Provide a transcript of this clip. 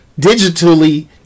digitally